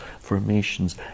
formations